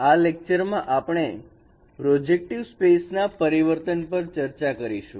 આ લેક્ચરમાં આપણે પ્રોજેક્ટિવ સ્પેસ ના પરિવર્તન પર ચર્ચા કરીશું